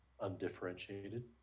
undifferentiated